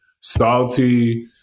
Salty